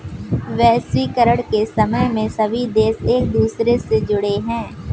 वैश्वीकरण के समय में सभी देश एक दूसरे से जुड़े है